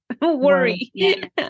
worry